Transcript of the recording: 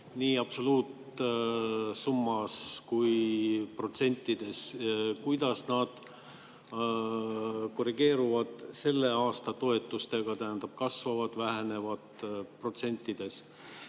nii absoluutsummas kui protsentides? Kuidas nad korrigeeruvad selle aasta toetustega: tähendab, kasvavad või vähenevad protsentides?